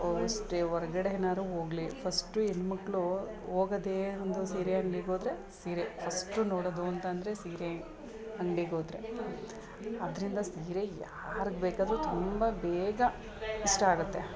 ಹೋಗೋಷ್ಟೆ ಹೊರ್ಗಡೆನಾದ್ರು ಹೋಗ್ಲಿ ಫಸ್ಟು ಹೆಣ್ಮಕ್ಳು ಹೋಗೋದೆ ಒಂದು ಸೀರೆ ಅಂಗಡಿಗ್ಹೋದ್ರೆ ಸೀರೆ ಫಸ್ಟು ನೋಡೋದು ಅಂತಂದರೆ ಸೀರೆ ಅಂಗಡಿಗ್ಹೋದ್ರೆ ಅದರಿಂದ ಸೀರೆ ಯಾರಿಗೆ ಬೇಕಾದರೂ ತುಂಬ ಬೇಗ ಇಷ್ಟ ಆಗುತ್ತೆ